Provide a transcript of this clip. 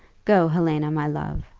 go, helena, my love!